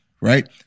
Right